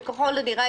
וככל הנראה,